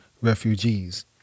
refugees